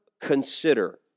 consider